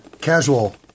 casual